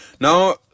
now